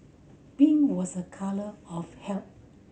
pink was a colour of health